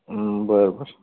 बरं बरं